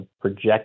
project